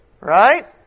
Right